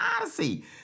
Odyssey